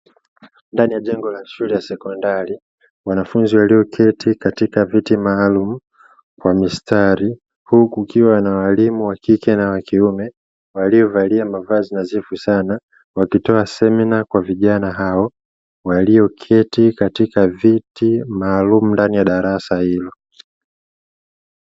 Ndani ya jengo la shule ya sekondari wanafunzi walioketi katika viti maalum kwa mistari, huku kukiwa na walimu wa kike na wa kiume waliovalia mavazi nadhifu sana wakitoa semina kwa vijana hao walioketi katika viti maalumu ndani ya darasa hilo